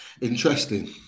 Interesting